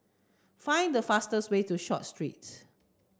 find the fastest way to Short Street